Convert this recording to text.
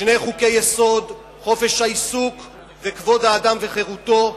שני חוקי-יסוד: חופש העיסוק וכבוד האדם וחירותו.